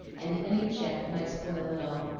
and any check might spoil it all.